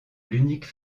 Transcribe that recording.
l’unique